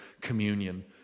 communion